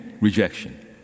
rejection